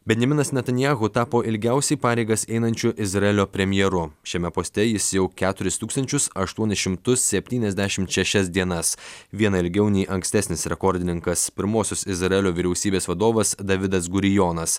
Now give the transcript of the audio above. benjaminas netanjahu tapo ilgiausiai pareigas einančiu izraelio premjeru šiame poste jis jau keturis tūkstančius aštuonis šimtus septyniasdešim šešias dienas viena ilgiau nei ankstesnis rekordininkas pirmosios izraelio vyriausybės vadovas davidas gurijonas